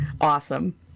Awesome